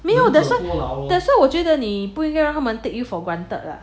没有 that's why that's why 我觉得你不应该让他们 take you for granted 了